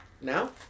Now